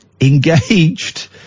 engaged